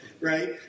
right